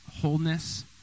wholeness